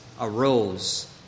arose